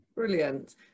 Brilliant